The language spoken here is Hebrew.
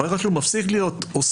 ברגע שהוא מפסיק להיות עוסק,